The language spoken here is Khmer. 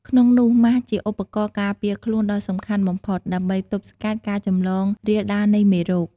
ក្នុងនោះម៉ាស់ ជាឧបករណ៍ការពារខ្លួនដ៏សំខាន់បំផុតដើម្បី ទប់ស្កាត់ការចម្លងរាលដាលនៃមេរោគ។